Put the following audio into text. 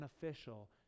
beneficial